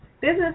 Business